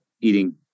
eating